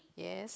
yes